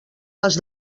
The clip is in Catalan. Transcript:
les